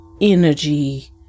energy